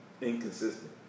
inconsistent